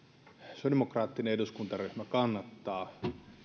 sosiaalidemokraattinen eduskuntaryhmä kannattaa